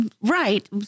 Right